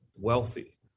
wealthy